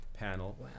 Panel